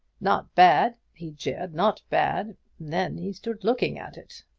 not bad he jeered. not bad then he stood looking at it.